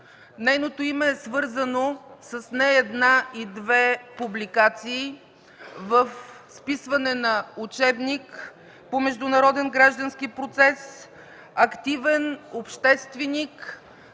Нейното име е свързано с не една и две публикации в списване на учебник по международен граждански процес, активен общественик,